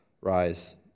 Rise